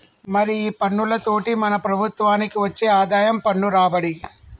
మరి ఈ పన్నులతోటి మన ప్రభుత్వనికి వచ్చే ఆదాయం పన్ను రాబడి